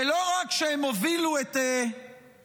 ולא רק שהם הובילו את המתקפה,